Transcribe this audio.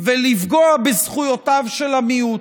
ולפגוע בזכויותיו של המיעוט.